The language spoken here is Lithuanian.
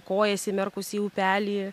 kojas įmerkusi į upelį